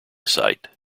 site